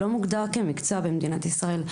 והוא לא מוגדר כמקצוע במדינת ישראל.